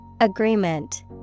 Agreement